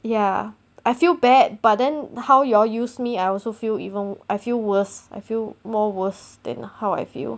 ya I feel bad but then how you all use me I also feel even I feel worse I feel more worse than how I feel